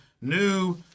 new